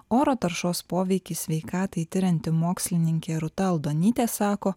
oro taršos poveikį sveikatai tirianti mokslininkė rūta aldonytė sako